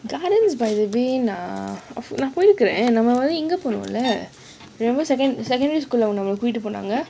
gardens by the bay நா அப்பா போயிருக்கான்:na appa poirukkan secondary school படிக்கும் போது:padikkum pothu